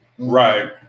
Right